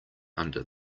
under